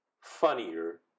funnier